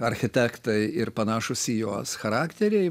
architektai ir panašūs į jos charakteriai